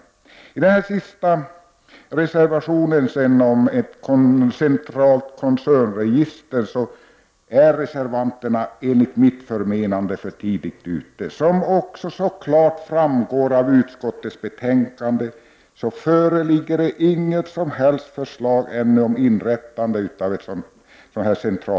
De som står för den sista reservationen, den om ett koncernregister, är enligt mitt förmenande för tidigt ute. Som klart framgår av utskottets betänkande, föreligger det ännu inget som helst förslag om inrättande av ett sådant register.